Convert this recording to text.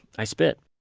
i spit